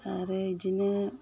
आरो इदिनो